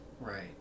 right